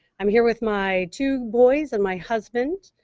i'm here with my two boys and my husband.